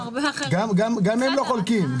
גם הם לא חולקים.